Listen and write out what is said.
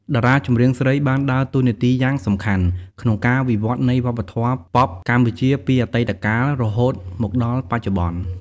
តារាចម្រៀងស្រីបានដើរតួនាទីយ៉ាងសំខាន់ក្នុងការវិវត្តន៍នៃវប្បធម៌ប៉ុបកម្ពុជាពីអតីតកាល រហូតមកដល់បច្ចុប្បន្ន។